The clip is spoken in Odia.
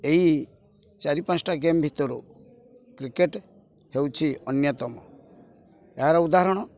ଏହି ଚାରି ପାଞ୍ଚଟା ଗେମ୍ ଭିତରୁ କ୍ରିକେଟ ହେଉଛି ଅନ୍ୟତମ ଏହାର ଉଦାହରଣ